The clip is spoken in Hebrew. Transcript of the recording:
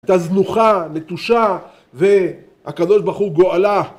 היתה זנוחה, נטושה, והקדוש ברוך הוא גואלה